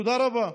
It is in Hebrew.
תודה רבה.